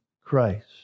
Christ